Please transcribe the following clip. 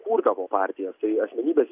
kurdavo partijas tai asmenybės